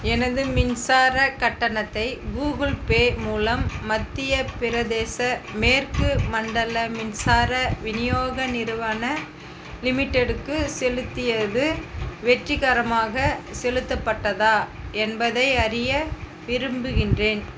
எனது மின்சாரக் கட்டணத்தை கூகுள் பே மூலம் மத்தியப் பிரதேச மேற்கு மண்டல மின்சார விநியோக நிறுவன லிமிடெட்டுக்கு செலுத்தியது வெற்றிகரமாக செலுத்தப்பட்டதா என்பதை அறிய விரும்புகின்றேன்